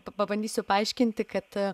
pabandysiu paaiškinti kad